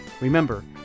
Remember